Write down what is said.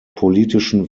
politischen